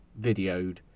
videoed